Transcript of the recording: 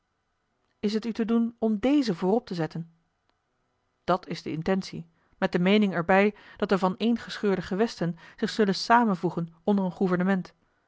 is het u te doen om dezen voorop te zetten dat is de intentie met de meening er bij dat de vaneengescheurde gewesten zich zullen samenvoegen onder een